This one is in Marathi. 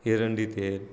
एरंडी तेल